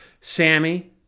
Sammy